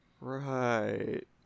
Right